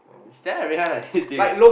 Stella and Rui-Han are dating ah